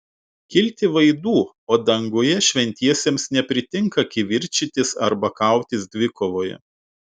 kilti vaidų o danguje šventiesiems nepritinka kivirčytis arba kautis dvikovoje